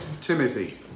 Timothy